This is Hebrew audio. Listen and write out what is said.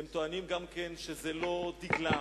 הם טוענים גם שזה לא דגלם,